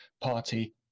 party